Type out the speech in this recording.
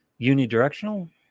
unidirectional